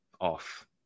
off